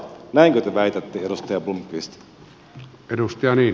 näinkö te väitätte edustaja blomqvist